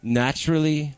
naturally